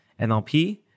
NLP